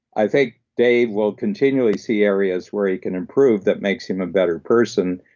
i think dave will continually see areas where he can improve that makes him a better person,